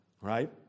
Right